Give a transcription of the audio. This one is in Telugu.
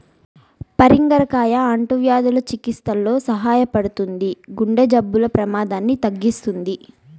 పరింగర కాయ అంటువ్యాధుల చికిత్సలో సహాయపడుతుంది, గుండె జబ్బుల ప్రమాదాన్ని తగ్గిస్తుంది